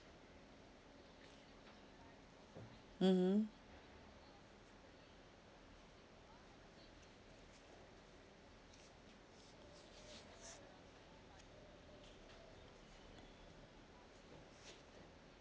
mmhmm